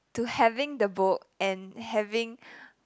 to having the book and having